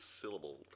syllable